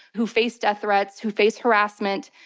who face death threats, who face harassment,